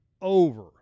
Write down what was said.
over